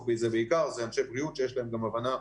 בזה בעיקר זה אנשי בריאות שיש להם גם הבנה.